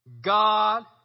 God